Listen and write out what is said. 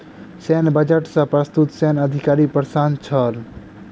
सैन्य बजट सॅ बहुत सैन्य अधिकारी प्रसन्न छल